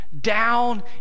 down